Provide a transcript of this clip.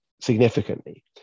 significantly